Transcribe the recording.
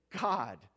God